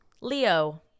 Leo